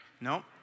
No